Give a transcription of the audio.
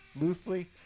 loosely